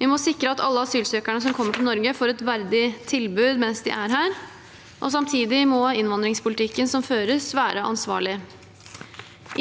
Vi må sikre at alle asylsøkerne som kommer til Norge, får et verdig tilbud mens de er her. Samtidig må innvandringspolitikken som føres, være ansvarlig.